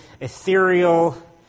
ethereal